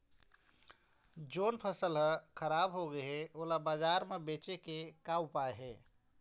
जोन फसल हर खराब हो गे हे, ओला बाजार म बेचे के का ऊपाय हे?